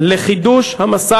אני מקשיבה.